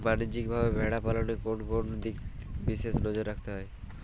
বাণিজ্যিকভাবে ভেড়া পালনে কোন কোন দিকে বিশেষ নজর রাখতে হয়?